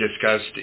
discussed